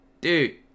Dude